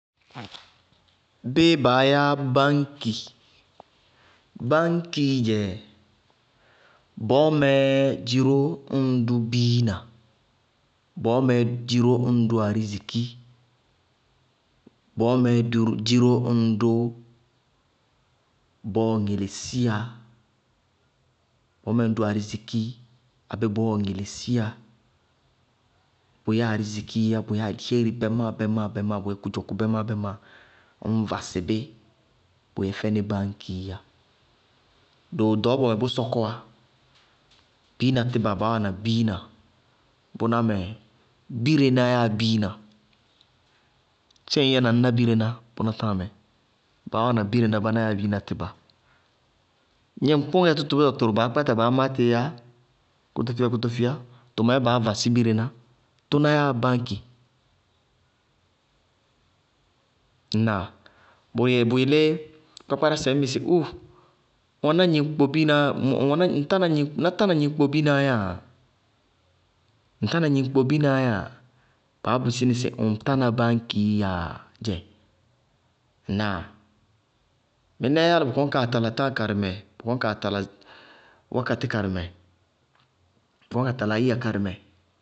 Béé baá yá báñki? Báñkií dzɛ bɔɔ mɛ dziró ññ dʋ biina, bɔɔmɩ dziró ññ dʋ ariziki, bɔɔmɛ dziró ññ dʋ bɔɔɔ ŋelesíyá, bɔɔmɛ ññ ariziki abéé bɔɔɔ ŋelesíyá, bʋyɛ ariziki yá bʋyɛ alihééri bɛmáa-bɛmáa bʋyɛ kʋdzɔkʋ bɛmáa-bɛmáa ññ vasɩ bí, bʋyɛ fɛnɩ báñkiíyá doo ɖɔɔbɔ mɛ bʋ sɔkɔwá, biinatíba baá wáana biina, bʋná mɛ bírená yáa biina, séé ŋñ yɛ na ñ ná bírená bʋná táa mɛ? Baá wáana bírená, báná yáa biinatíba, gnɩŋkpʋŋɛ tʋtʋbítɔ tʋrʋ baá kpáta baá má tɩí yá kófíyá-kótófíyá tʋmɛɛ baá vasí bírená, tʋná yáa bañki ŋnáa? Bʋyelé kpákpárásɛ, ŋñ mí sɩ: wuúu! Ŋ wɛná gnɩŋkpó biinaá, ná tána gnɩŋkpobiinaá yáa? Ŋ tána gnɩŋkpobiinaá yáa? Baá bisí nɩ sɩ ŋ tána báñkii yáa, dzɛ. Ŋnáa? Mɩnɛɛ álɩ bʋ kɔní kaa tala táa karɩmɛ, bʋ kɔní kaa tala wakatí karɩmɛ, bʋ kɔní kaa tala áyíya karɩmɛ.